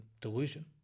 delusion